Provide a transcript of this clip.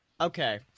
Okay